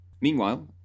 Meanwhile